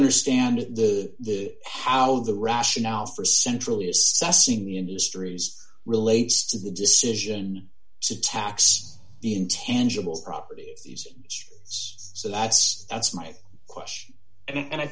understand the how the rationale for centrally assessing industries relates to the decision to tax the intangibles property it's so that's that's my question and i